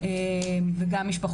משלבים נשים במקלטים לנשים